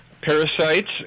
parasites